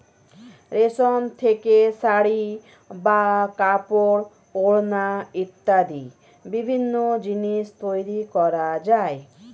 রেশম থেকে শাড়ী বা কাপড়, ওড়না ইত্যাদি বিভিন্ন জিনিস তৈরি করা যায়